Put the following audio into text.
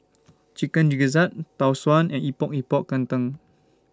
Chicken Gizzard Tau Suan and Epok Epok Kentang